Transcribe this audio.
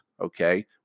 Okay